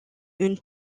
une